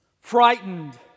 frightened